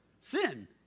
Sin